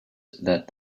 that